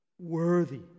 Worthy